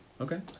Okay